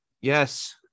yes